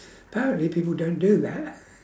apparently people don't do that